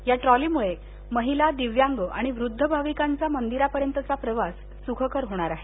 या ट्रॉलीमुळे महिला दिव्यांग आणि वृद्ध भाविकांचा मंदिरापर्यंतचा प्रवास होणार सुखकर होणार आहे